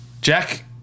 Jack